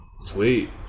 sweet